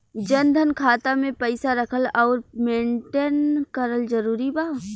जनधन खाता मे पईसा रखल आउर मेंटेन करल जरूरी बा?